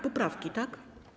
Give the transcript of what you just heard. Poprawki, tak?